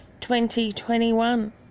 2021